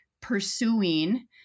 pursuing